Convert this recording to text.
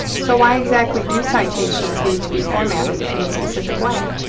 so why exactly do citations need to be formatted in a specific way?